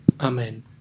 Amen